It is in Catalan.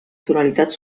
tonalitats